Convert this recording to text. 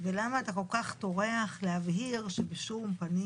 ולמה אתה כל כך טורח להבהיר שבשום פנים